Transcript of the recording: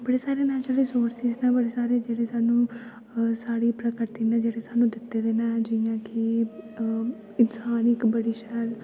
बड़े सारे न जेह्ड़े रिसोरसिस न बड़े सारे जेह्ड़े सानूं साढ़ी प्रकृति ने जेह्ड़े सानूं दित्ते दे न जि'यां कि इंसान इक बड़ी शैल